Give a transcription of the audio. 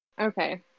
okay